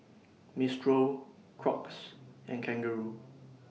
Mistral Crocs and Kangaroo